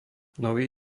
nový